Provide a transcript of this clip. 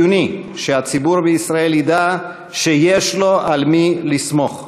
חיוני שהציבור בישראל ידע שיש לו על מי לסמוך.